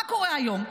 מה קורה היום?